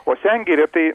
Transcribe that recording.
o sengirė tai